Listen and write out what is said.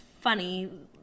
funny